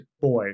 boy